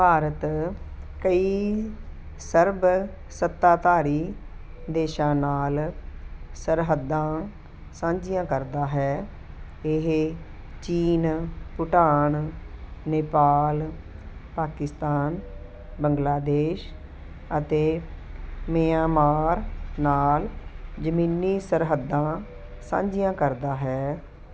ਭਾਰਤ ਕਈ ਸਰਬ ਸੱਤਾਧਾਰੀ ਦੇਸ਼ਾ ਨਾਲ ਸਰਹੱਦਾਂ ਸਾਂਝੀਆਂ ਕਰਦਾ ਹੈ ਇਹ ਚੀਨ ਭੂਟਾਨ ਨੇਪਾਲ ਪਾਕਿਸਤਾਨ ਬੰਗਲਾਦੇਸ਼ ਅਤੇ ਮਿਆਂਮਾਰ ਨਾਲ ਜ਼ਮੀਨੀ ਸਰਹੱਦਾਂ ਸਾਂਝੀਆਂ ਕਰਦਾ ਹੈ